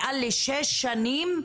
מעל לשש שנים,